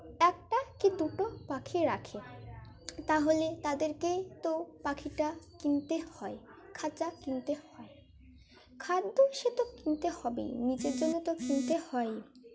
একটা দুটো পাখি রাখে তাহলে তাদেরকেই তো পাখিটা কিনতে হয় খাঁচা কিনতে হয় খাদ্য সে তো কিনতে হবেই নিচের জন্য তো কিনতে হয়ই